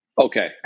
okay